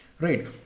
Right